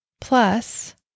Plus